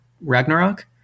Ragnarok